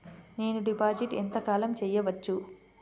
నేను డిపాజిట్ ఎంత కాలం చెయ్యవచ్చు?